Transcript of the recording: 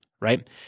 right